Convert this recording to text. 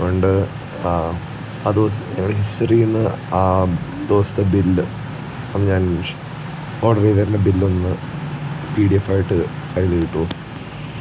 വേണ്ടത് ആ ആ ദിവസം ഹിസ്റ്ററിയിൽ നിന്ന് ആ ദിവസത്തെ ബിൽ അത് ഞാൻ ഓർഡർ ചെയ്തതിൻ്റെ ബിൽ ഒന്ന് പി ഡി എഫ് ആയിട്ട് ഫയൽ കിട്ടുവോ